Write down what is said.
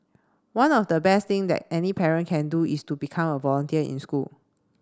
one of the best thing that any parent can do is to become a volunteer in school